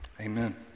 amen